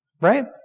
right